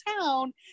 town